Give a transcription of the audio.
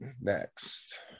next